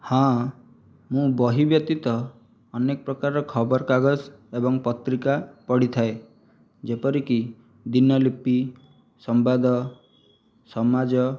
ହଁ ମୁଁ ବହି ବ୍ୟତୀତ ଅନେକ ପ୍ରକାରର ଖବରକାଗଜ ଏବଂ ପତ୍ରିକା ପଢ଼ିଥାଏ ଯେପରିକି ଦିନଲିପି ସମ୍ବାଦ ସମାଜ